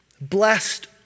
Blessed